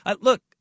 Look